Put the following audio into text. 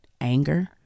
anger